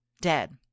dead